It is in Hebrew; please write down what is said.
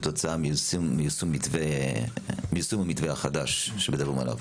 כתוצאה מיישום המתווה החדש שמדברים עליו?